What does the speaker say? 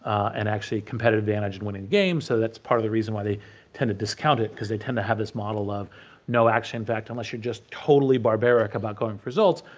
and actually a competitive advantage in winning games, so that's part of the reason why they tend to discount it, because they tend to have this model of no action, in fact unless you're just totally barbaric about going for results,